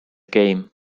game